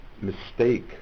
mistake